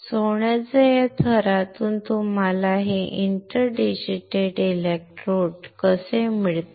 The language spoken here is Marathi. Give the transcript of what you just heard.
सोन्याच्या त्या थरातून तुम्हाला हे इंटर डिजीटेटेड इलेक्ट्रोड कसे मिळतील